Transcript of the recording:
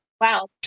wow